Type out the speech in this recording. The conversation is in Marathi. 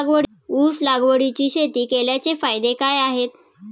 ऊस लागवडीची शेती केल्याचे फायदे काय आहेत?